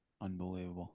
Unbelievable